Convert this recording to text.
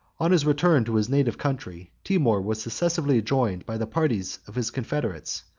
on his return to his native country, timour was successively joined by the parties of his confederates,